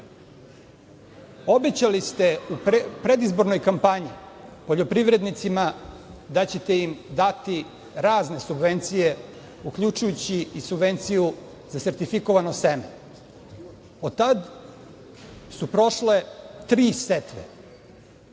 Obećali ste u predizbornoj kampanji poljoprivrednicimada ćete im dati razne subvencije uključujući i subvenciju za sertifikovano seme. Od tad su prošle tri setve,